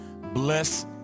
Bless